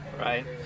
Right